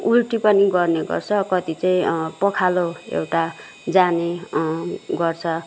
उल्टी पनि गर्ने गर्छ कति चाहिँ पखालो एउटा जाने गर्छ